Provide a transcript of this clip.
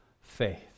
faith